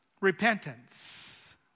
repentance